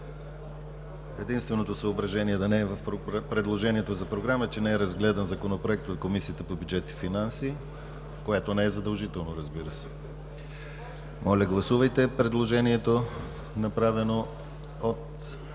Единственото съображение да не е в предложението за програма, е, че Законопроектът не е разгледан от Комисията по бюджет и финанси, което не е задължително, разбира се. Моля, гласувайте предложението, направено от